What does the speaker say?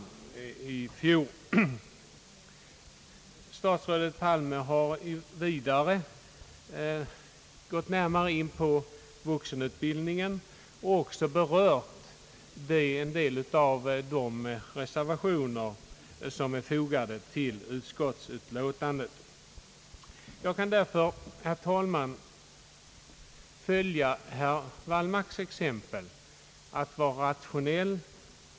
Vidare har statsrådet Palme gått närmare in på vuxenutbildningen och även berört en del av de reservationer som är fogade till utskottsutlåtandet. Jag kan därför, herr talman, följa herr Wallmarks exempel och vara rationell.